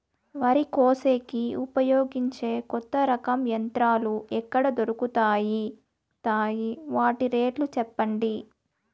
వరి కోసేకి ఉపయోగించే కొత్త రకం యంత్రాలు ఎక్కడ దొరుకుతాయి తాయి? వాటి రేట్లు చెప్పండి?